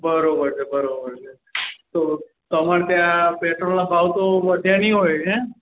બરાબર છે બરાબર છે તો તમાર ત્યાં પેટ્રોલના ભાવ તો વધ્યા નહીં હોય હેં